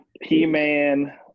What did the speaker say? he-man